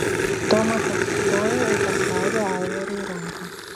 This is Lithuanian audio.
tomas atsistojo ir paspaudė aivarui ranką